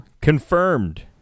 Confirmed